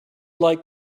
like